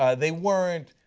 ah they weren't.